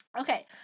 Okay